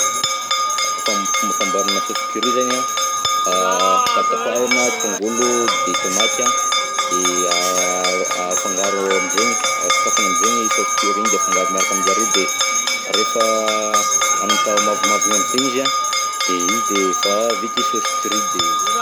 A famb- fomba famboarana saosy curry zany an, a tapatapahina tongolo, de tomate an, de a afangaro am'zegny, a sokafana am'zegny saosy curry iny de afangaro miaraka aminjareo, de rehefa manomboka mavomavo iny amizay izy an de igny de efa vita i saosy curry de.